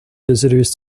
visitors